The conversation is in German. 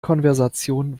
konversation